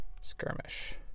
Skirmish